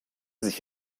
sich